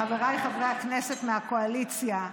חבריי חברי הכנסת מהקואליציה,